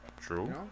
true